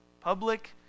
Public